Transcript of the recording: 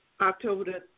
October